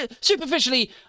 superficially